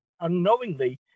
unknowingly